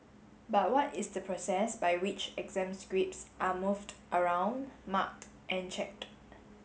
but what is the process by which exam scripts are moved around marked and checked